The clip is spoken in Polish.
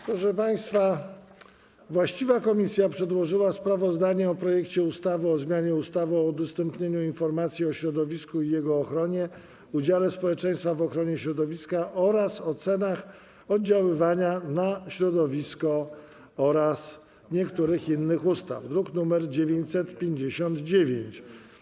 Proszę państwa, właściwa komisja przedłożyła sprawozdanie o projekcie ustawy o zmianie ustawy o udostępnianiu informacji o środowisku i jego ochronie, udziale społeczeństwa w ochronie środowiska oraz o ocenach oddziaływania na środowisko oraz niektórych innych ustaw, druk nr 959.